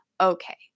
okay